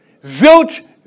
Zilch